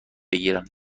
بگیرم